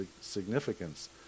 significance